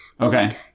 Okay